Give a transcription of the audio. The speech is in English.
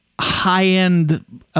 high-end